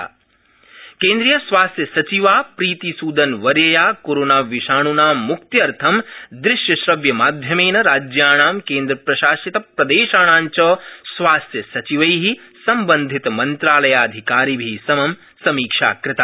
स्वास्थ्यसचिवा केन्द्रीयस्वास्थ्यसचिवा प्रीतिस्दनवर्यया कोरोनाविषाण्ना मुक्त्यर्थ दृश्यश्रव्यमाध्यमेन राज्याणां केन्द्रशासितप्रदेशाणां च स्वास्थ्यसचिवै सम्बन्धितमन्त्रालयाधिकारिभि समं समीक्षा कृता